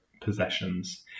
possessions